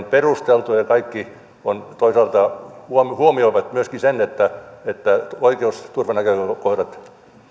perusteltuja ja kaikki toisaalta huomioivat myöskin sen että että oikeusturvanäkökohdat